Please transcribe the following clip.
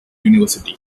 university